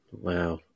wow